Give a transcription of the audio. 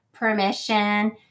permission